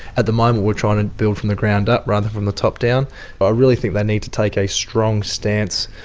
at the moment we are trying to build from the ground up rather than from the top down. but i really think they need to take a strong stance,